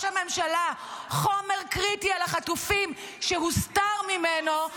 הממשלה חומר קריטי על החטופים שהוסתר ממנו,